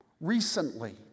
recently